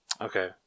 Okay